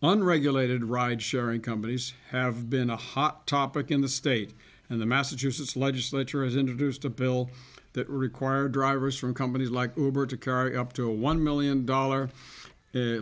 one regulated ride sharing companies have been a hot topic in the state and the massachusetts legislature is introduced a bill that require drivers from companies like car up to a one million dollar